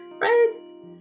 Right